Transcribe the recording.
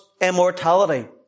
immortality